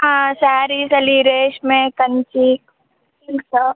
ಹಾಂ ಸ್ಯಾರೀಸಲ್ಲಿ ರೇಷ್ಮೆ ಕಂಚಿ